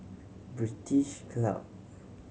British Club